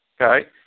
okay